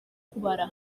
kubara